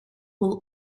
will